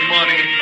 Money